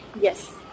Yes